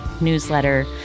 newsletter